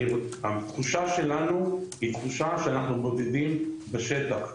התחושה שלנו היא תחושה שאנחנו בודדים בשטח,